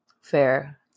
Fair